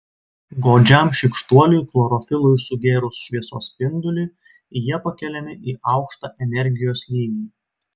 godžiam šykštuoliui chlorofilui sugėrus šviesos spindulį jie pakeliami į aukštą energijos lygį